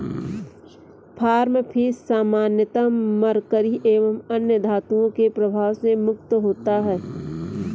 farm fish सामान्यतः mercury एवं अन्य धातुओं के प्रभाव से मुक्त होता है